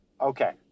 Okay